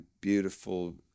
beautiful